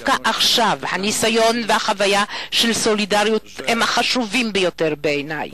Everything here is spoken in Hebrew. הניסיון והחוויה של "סולידריות" הם החשובים ביותר בעיני.